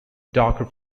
darker